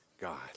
God